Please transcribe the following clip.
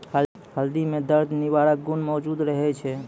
हल्दी म दर्द निवारक गुण मौजूद रहै छै